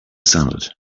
salad